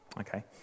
okay